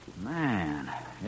Man